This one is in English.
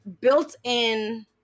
Built-in